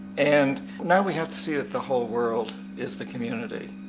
and now we have to see that the whole world is the community.